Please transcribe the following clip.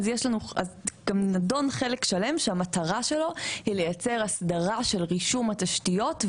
גם נדון חלק שלם שהמטרה שלו היא לייצר הסדרה של רישום התשתיות,